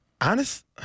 Honest